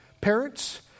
parents